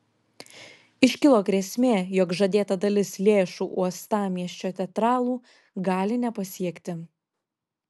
iškilo grėsmė jog žadėta dalis lėšų uostamiesčio teatralų gali nepasiekti